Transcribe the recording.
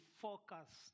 focused